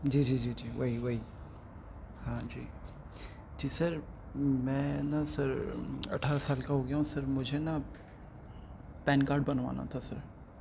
جی جی جی جی وہی وہی ہاں جی جی سر میں نا سر اٹھارہ سال کا ہو گیا ہوں سر مجھے نا پین کارڈ بنوانا تھا سر